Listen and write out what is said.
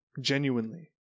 genuinely